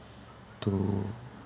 to